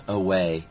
away